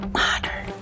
modern